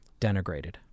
denigrated